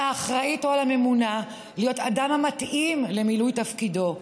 על האחראית או הממונה להיות אדם המתאים למילוי תפקידו.